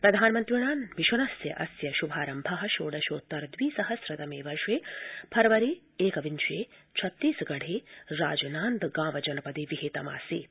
प्रधानमन्त्रिणा मिशनास्यास्य श्भारम्भः षोडशोत्तर द्विसहस्रतमे वर्षे फरवरी एकविंशे छत्तीसगढ़े राजनांदगांव जनपदे विहितमासीत्